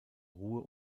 ruhe